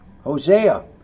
Hosea